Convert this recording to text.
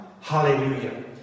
Hallelujah